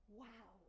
wow